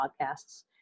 podcasts